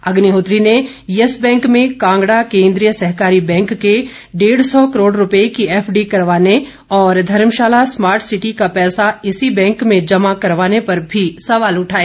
अग्निहोत्री ने yes bank में कांगड़ा केंद्रीय सहकारी बैंक के डेढ़ सौ करोड़ रूपए की एफडी करवाने और धर्मशाला स्मार्ट सिटी का पैसा इसी बैंक में जमा करवाने पर भी सवाल उठाए